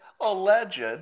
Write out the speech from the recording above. alleged